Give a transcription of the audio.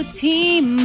team